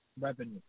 revenue